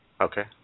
Okay